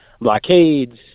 blockades